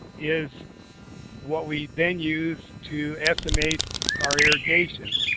is what we then use to estimate our irrigation.